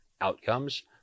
outcomes